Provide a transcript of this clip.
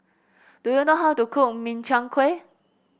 do you know how to cook Min Chiang Kueh